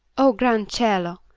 o gran' cielo!